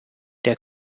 der